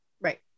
Right